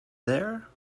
there